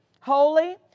Holy